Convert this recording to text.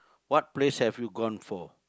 what place have you gone for